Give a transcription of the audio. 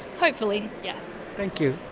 hopefully, yes. thank you.